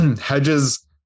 Hedges